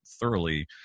thoroughly